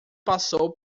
passou